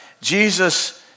Jesus